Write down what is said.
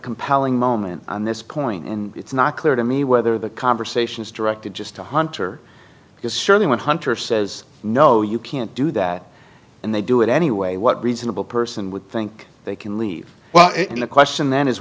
compelling moment on this point and it's not clear to me whether the conversation is directed just to hunter because surely when hunter says no you can't do that and they do it anyway what reasonable person would think they can leave well and the question